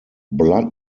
blood